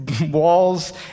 Walls